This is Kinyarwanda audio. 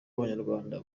abanyarwanda